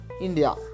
India